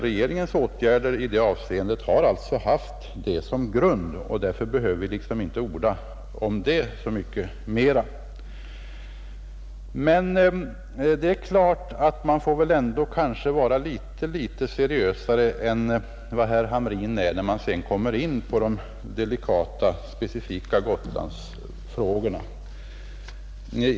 Regeringens åtgärder i det avseendet har alltså haft detta som grund, varför vi inte behöver orda mycket mera om det. Men det är klart att man ändå bör vara litet mera seriös än herr Hamrin är när man sedan kommer in på de delikata specifika Gotlandsfrågorna.